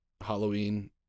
Halloween